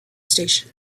station